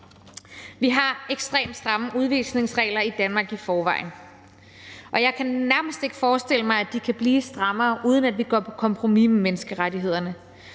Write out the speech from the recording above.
Vi har ekstremt stramme udvisningsregler i Danmark i forvejen, og jeg kan nærmest ikke forestille mig, at de kan blive strammere, uden at vi går på kompromis med menneskerettighederne.